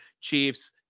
Chiefs